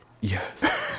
Yes